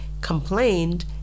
complained